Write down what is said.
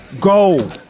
go